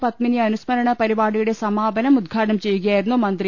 പദ്മിനി അനുസ്മരണപരിപാടിയുടെ സമാപനം ഉദ്ഘാടനം ചെയ്യുകയായിരുന്നു മന്ത്രി